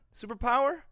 Superpower